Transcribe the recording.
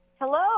Hello